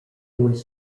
was